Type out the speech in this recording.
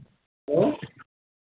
hello